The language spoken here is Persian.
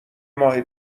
ماه